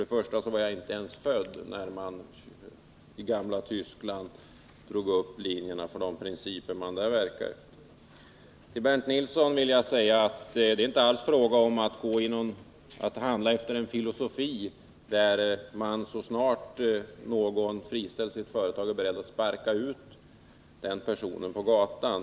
Till att börja med var jag inte ens född när man i det gamla Tyskland drog upp linjerna för de principer man där verkade efter. Till Bernt Nilsson vill jag säga att det inte alls är fråga om att handla efter en filosofi enligt vilken man så snart någon friställs i ett företag är beredd att sparka ut vederbörande på gatan.